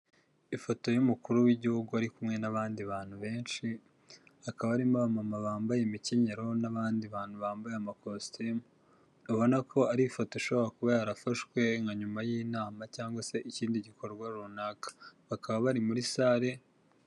Ifoto y'umukuru w'igihugu ari kumwe n'abandi bantu benshi, hakaba harimo abamama bambaye imkenyero n'abandi bantu bambaye amakositimu ubona ko ari ifoto ishobora kuba yarafashwe nka nyuma y'inama cyangwa se ikindi gikorwa runaka bakaba bari muri sale.